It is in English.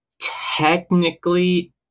technically